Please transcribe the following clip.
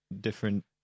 different